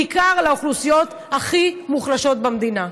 בעיקר לאוכלוסיות הכי מוחלשות במדינה.